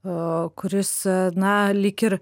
a kuris na lyg ir